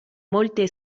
molte